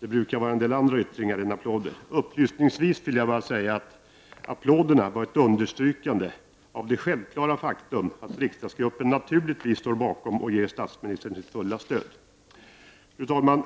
Det brukar vara en del andra yttringar än applåder. Upplysningsvis vill jag säga att applåderna var ett understrykande av det självklara faktum att den socialdemokratiska riksdagsgruppen naturligtvis står bakom förslaget och ger statsministern sitt fulla stöd. Fru talman!